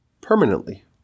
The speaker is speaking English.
permanently